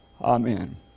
Amen